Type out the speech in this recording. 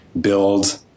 build